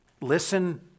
Listen